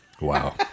Wow